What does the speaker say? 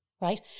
right